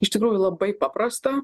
iš tikrųjų labai paprasta